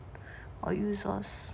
or users